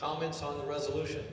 comments on the resolution